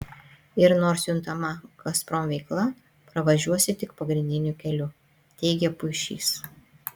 ir nors juntama gazprom veikla pravažiuosi tik pagrindiniu keliu teigė puišys